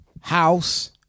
House